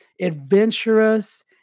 adventurous